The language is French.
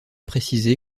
précisé